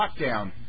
lockdown